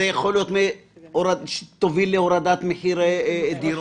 שיכול להיות שתוביל לירידת מחירי דירות,